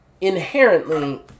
inherently